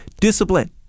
Discipline